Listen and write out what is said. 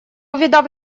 увидав